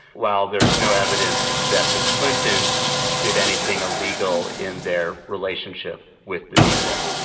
while there is no evidence that the clintons did anything illegal in their relationship with the media.